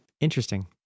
Interesting